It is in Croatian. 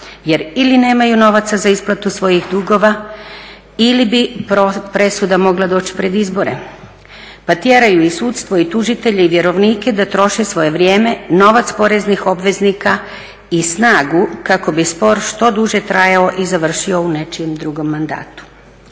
jer ili nemaju novaca za isplatu svojih dugova ili bi presuda mogla doći pred izbore pa tjeraju i sudstvo i tužitelje i vjerovnike da troše svoje vrijeme, novac poreznih obveznika i snagu kako bi spor što duže trajao i završio u nečijem drugom mandatu.